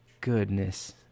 Goodness